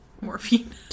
morphine